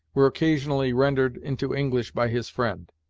were occasionally rendered into english by his friend.